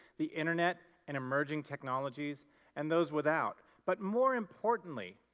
the internet and emerging technologies and those without. but more importantly,